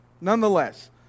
nonetheless